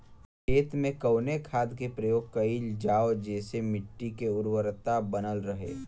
खेत में कवने खाद्य के प्रयोग कइल जाव जेसे मिट्टी के उर्वरता बनल रहे?